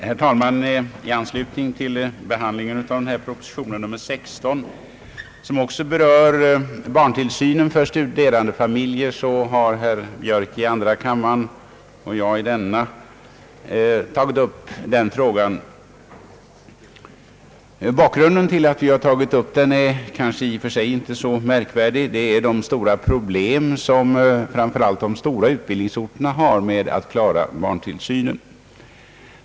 Herr talman! I anslutning till proposition nr 16, som också berör barntillsynen för studerandefamiljer, har herr Björck i andra kammaren och jag i denna kammare tagit upp den frågan. Bakgrunden är kanske i och för sig inte så märkvärdig. Det är de stora problem som framför allt de större utbildningsorterna har med att klara barntillsynen.